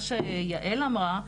בהתייחס למה שיעל אמרה,